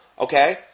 Okay